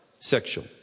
Sexual